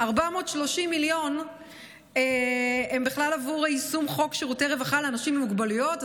430 מיליון הם בכלל עבור יישום חוק שירותי רווחה לאנשים עם מוגבלויות.